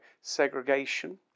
segregation